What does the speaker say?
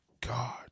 god